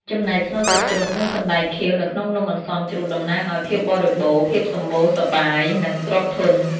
ចំណែកស្នូលសាច់ជ្រូក និងសណ្ដែកខៀវនៅក្នុងនំអន្សមជ្រូកតំណាងឲ្យ ភាពបរិបូណ៌ ភាពសម្បូរសប្បាយ និងទ្រព្យធន។